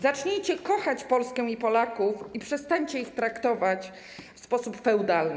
Zacznijcie kochać Polskę i Polaków i przestańcie ich traktować w sposób feudalny.